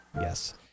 yes